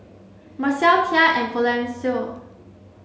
Mercer Thea and Florencio